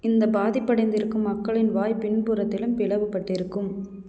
இந்தப் பாதிப்படைந்திருக்கும் மக்களின் வாய் பின்புறத்திலும் பிளவு பட்டிருக்கும்